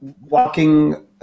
walking